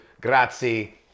grazie